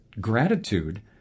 gratitude